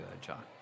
John